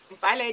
Bye